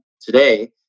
today